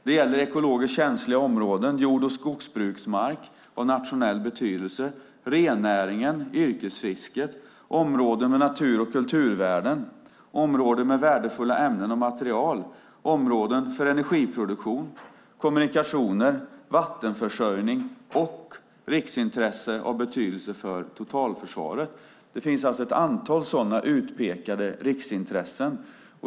Det gäller ekologiskt känsliga områden, jord och skogsbruksmark av nationell betydelse, rennäringen, yrkesfisket, områden med natur och kulturvärden, områden med värdefulla ämnen och material, områden för energiproduktion, kommunikationer, vattenförsörjning och riksintresse av betydelse för totalförsvaret. Det finns alltså ett antal sådana utpekade riksintressen.